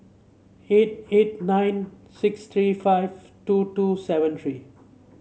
eight eight nine six three five two two seven three